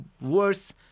worse